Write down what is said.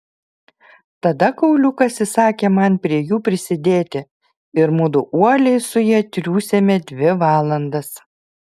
tada kauliukas įsakė man prie jų prisidėti ir mudu uoliai su ja triūsėme dvi valandas